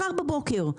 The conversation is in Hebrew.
מחר בבוקר.